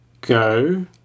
go